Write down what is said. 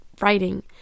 writing